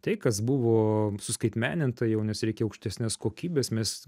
tai kas buvo suskaitmeninta jau nes reikia aukštesnės kokybės mes